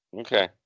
okay